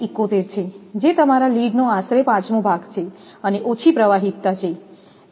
71 છે જે તમારા લીડ નો આશરે પાંચમો ભાગ છે અને ઓછી પ્રવાહીતા છે